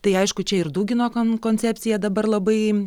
tai aišku čia ir dugino kon koncepcija dabar labai